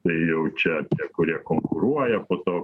tai jau čia tie kurie konkuruoja po to